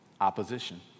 Opposition